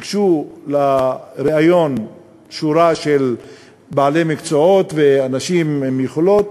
ניגשו לריאיון שורה של בעלי מקצועות ואנשים עם יכולות.